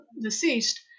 deceased